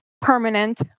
permanent